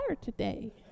today